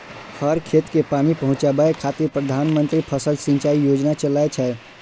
हर खेत कें पानि पहुंचाबै खातिर प्रधानमंत्री फसल सिंचाइ योजना चलै छै